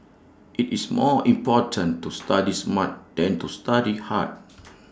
IT is more important to study smart than to study hard